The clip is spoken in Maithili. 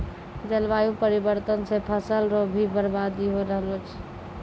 जलवायु परिवर्तन से फसल रो भी बर्बादी हो रहलो छै